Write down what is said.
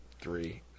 three